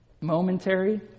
Momentary